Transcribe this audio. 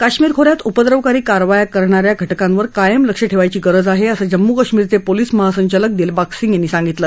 कश्मीर खोऱ्यात उपद्रवकारी कारवाया करणा या घटकांवर कायम लक्ष ठेवायची गरज आहे असं जम्मू कश्मीरचे पोलीस महासंचालक दिलबाग सिंग यांनी सांगितलं